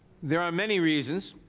there are many reasons,